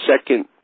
second